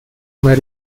may